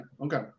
Okay